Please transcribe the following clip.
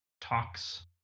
talks